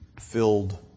filled